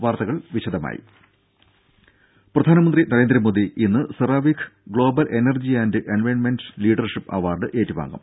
വാർത്തകൾ വിശദമായി പ്രധാനമന്ത്രി നരേന്ദ്ര മോദി ഇന്ന് CERAWeek global energy and environment leadership award ഏറ്റുവാങ്ങും